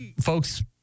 folks